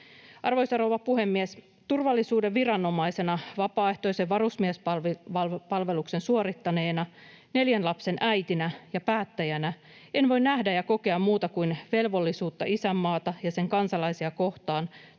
Arvoisa rouva puhemies! Turvallisuuden viranomaisena, vapaaehtoisen varusmiespalveluksen suorittaneena, neljän lapsen äitinä ja päättäjänä en voi nähdä ja kokea muuta kuin velvollisuutta isänmaata ja sen kansalaisia kohtaan